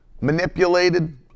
manipulated